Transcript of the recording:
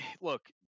look